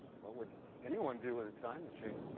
what would anyone do with a time machine?